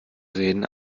reden